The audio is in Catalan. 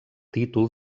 títol